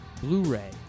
Blu-ray